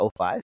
05